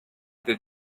that